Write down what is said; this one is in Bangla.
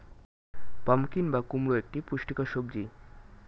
পাম্পকিন বা কুমড়ো একটি পুষ্টিকর সবজি